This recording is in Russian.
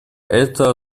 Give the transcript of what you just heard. это